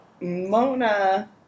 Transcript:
Mona